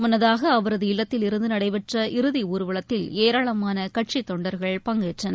முன்னதாகஅவரது இல்லத்தில் இருந்துநடைபெற்ற இறுதிஊர்வலத்தில் ஏராளமானகட்சித் தொண்டர்கள் பங்கேற்றனர்